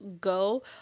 go